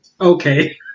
okay